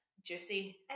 juicy